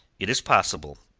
it is possible,